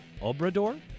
Obrador